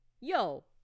Yo